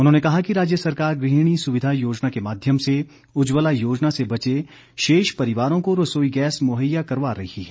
उन्होंने कहा कि राज्य सरकार गृहिणी सुविधा योजना के माध्यम से उज्जवला योजना से बचे शेष परिवारों को रसोई गैस मुहैया करवा रही है